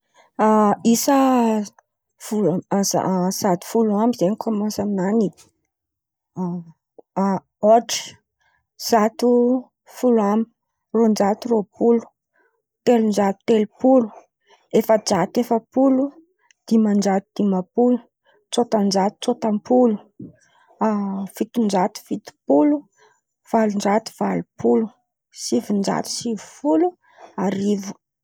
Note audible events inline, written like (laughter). Isa (hesitation) sady folo ambyzay mi kômansy amin̈any (hesitation) ôhatra zato folo amby, roan-jato roa-polo, telon-jato telo-polo, efa-jato efa-polo, diman-jato dimam-polo, tsôtan-jato tsôta-polo fiton-jato fito-polo valon-jato valo-polo sivin-jato siva-polo, arivo.